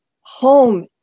home